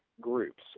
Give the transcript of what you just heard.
groups